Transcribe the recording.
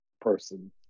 person